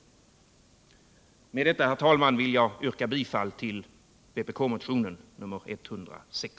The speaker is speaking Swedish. Med detta, herr talman, vill jag yrka bifall till vpk-motionen 106.